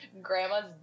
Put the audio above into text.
grandma's